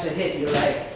hit you're like,